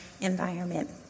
environment